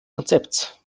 konzepts